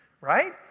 right